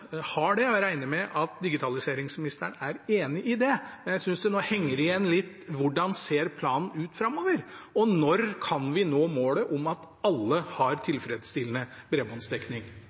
har det, og jeg regner med at digitaliseringsministeren er enig i det. Jeg synes det nå henger igjen litt hvordan planen ser ut framover. Når kan vi nå målet om at alle har tilfredsstillende bredbåndsdekning?